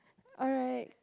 alright